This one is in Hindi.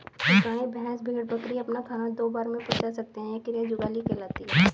गाय, भैंस, भेड़, बकरी अपना खाना दो बार में पचा पाते हैं यह क्रिया जुगाली कहलाती है